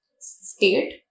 state